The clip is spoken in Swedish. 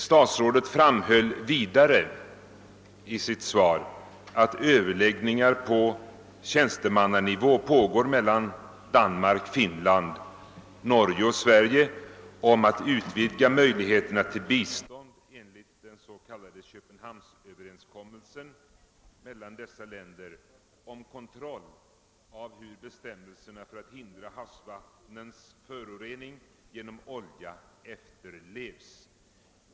Statsrådet framhöll vidare i sitt svar att överläggningar på tjänstemannanivå pågår mellan Danmark, Finland, Norge och Sverige om att utvidga möjligheterna till bistånd enligt den s.k. Köpenhamnsöverenskommelsen mellan dessa länder om kontroll av hur bestämmelserna för att hindra havsvattnens förorening genom olja efterlevs.